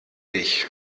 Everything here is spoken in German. dich